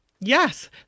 Yes